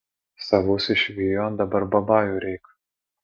savus išvijo dabar babajų reik